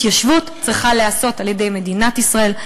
התיישבות צריכה להיעשות על-ידי מדינת ישראל,